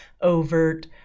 overt